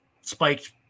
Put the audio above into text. spiked